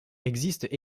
existent